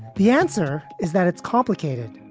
the answer is that it's complicated.